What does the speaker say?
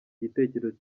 igitekerezo